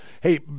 Hey